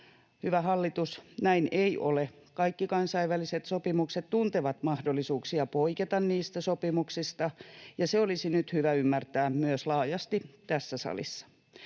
Hyvä hallitus, näin ei ole. Kaikki kansainväliset sopimukset tuntevat mahdollisuuksia poiketa niistä sopimuksista, ja se olisi nyt hyvä ymmärtää myös laajasti tässä salissa.